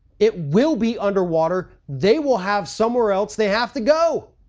it will be under water. they will have somewhere else they have to go.